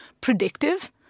predictive